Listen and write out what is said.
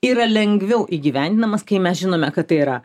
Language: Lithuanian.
yra lengviau įgyvendinamas kai mes žinome kad tai yra